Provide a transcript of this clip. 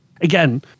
again